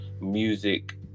music